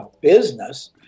business